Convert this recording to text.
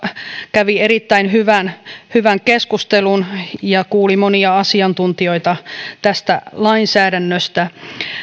kävi erittäin hyvän hyvän keskustelun ja kuuli monia asiantuntijoita tästä lainsäädännöstä